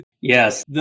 Yes